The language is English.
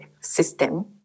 system